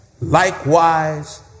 likewise